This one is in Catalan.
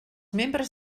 membres